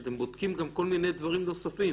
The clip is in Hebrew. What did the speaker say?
שאתם בודקים גם כל מיני דברים נוספים